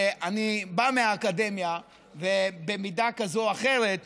שאני בא מהאקדמיה ובמידה כזו או אחרת משוחד,